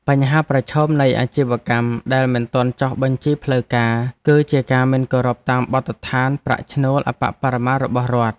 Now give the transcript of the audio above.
បញ្ហាប្រឈមនៃអាជីវកម្មដែលមិនទាន់ចុះបញ្ជីផ្លូវការ គឺជាការមិនគោរពតាមបទដ្ឋានប្រាក់ឈ្នួលអប្បបរមារបស់រដ្ឋ។